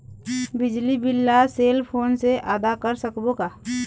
बिजली बिल ला cell phone से आदा कर सकबो का?